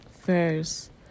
First